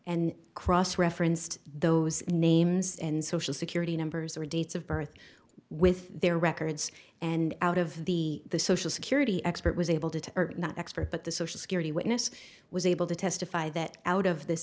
and cross referenced those names and social security numbers or dates of birth with their records and out of the social security expert was able to not expert but the social security witness was able to testify that out of th